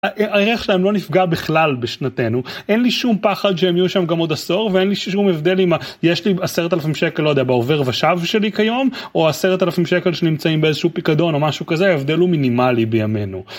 הריח שלהם לא נפגע בכלל בשנתנו, אין לי שום פחד שהם יהיו שם גם עוד עשור, ואין לי שום הבדל אם יש לי עשרת אלפים שקל, לא יודע, בעובר ושב שלי כיום, או עשרת אלפים שקל שנמצאים באיזשהו פיקדון או משהו כזה, ההבדל הוא מינימלי בימינו.